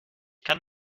kann